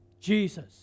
Jesus